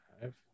Five